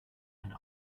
eine